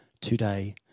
today